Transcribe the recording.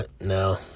no